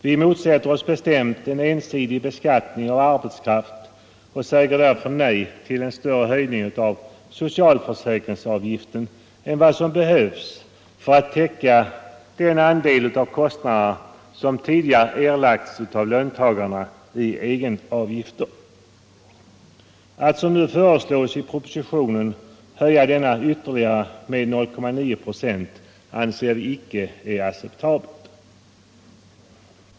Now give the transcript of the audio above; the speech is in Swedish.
Vi motsätter oss bestämt en ensidig beskattning av arbetskraften och säger därför nej till en större höjning av socialförsäkringsavgiften än vad som behövs för att täcka den del av kostnaderna som tidigare erlagts av löntagarna i egenavgifter. Att som nu föreslås i propositionen höja denna avgift med ytterligare 0,9 procent anser vi icke acceptabelt.